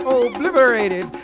obliterated